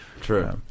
True